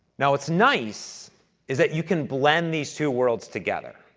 now, what's nice is that you can blend these two words together,